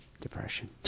depression